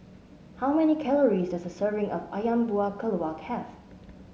how many calories does a serving of ayam Buah Keluak have